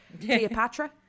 Cleopatra